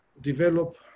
develop